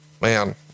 Man